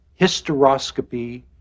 hysteroscopy